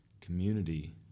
community